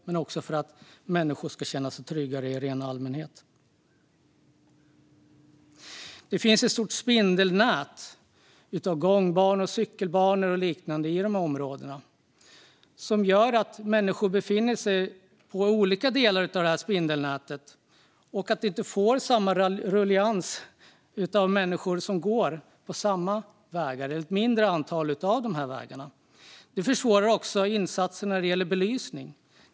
Även människor i allmänhet skulle känna sig tryggare. Det finns ett stort spindelnät av gångbanor, cykelbanor och liknande i dessa områden. Det gör att människor sprids ut och inte koncentreras till några få vägar. Det försvårar också insatserna vad gäller belysning.